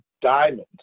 diamond